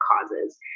causes